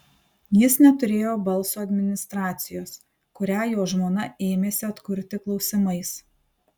jis neturėjo balso administracijos kurią jo žmona ėmėsi atkurti klausimais